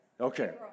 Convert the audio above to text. Okay